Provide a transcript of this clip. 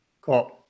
Cool